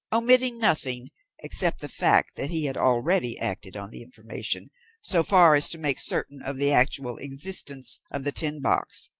omitting nothing except the fact that he had already acted on the information so far as to make certain of the actual existence of the tin box,